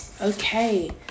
Okay